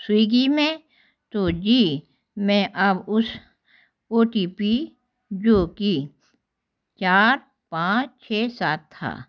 Swiggy में तो जी मैं अब उस ओ टी पी जो कि चार पाँच छ सात था